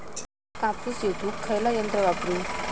कापूस येचुक खयला यंत्र वापरू?